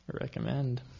recommend